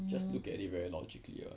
just look at it very logically [what]